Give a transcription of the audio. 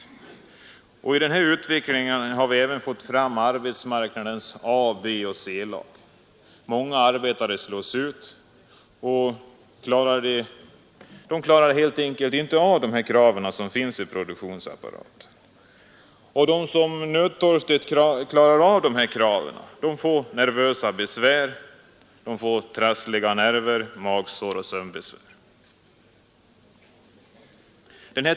Som en följd av den utvecklingen har vi även fått arbetsmarknadens A-, B och C-lag. Många arbetare slås ut — de klarar helt enkelt inte av de krav som finns i produktionsapparaten. De som nödtorftigt klarar dem får nervösa besvär — trassliga nerver, magsår och sömnbesvär.